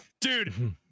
dude